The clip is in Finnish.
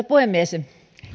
puhemies